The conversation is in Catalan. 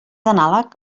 anàleg